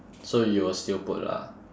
so you will still put lah